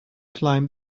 climbed